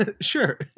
Sure